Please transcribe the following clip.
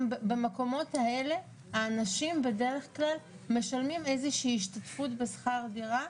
במקומות האלה האנשים בדרך כלל משלמים איזושהי השתתפות בשכר דירה.